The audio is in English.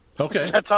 Okay